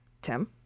Tim